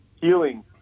healing